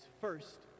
first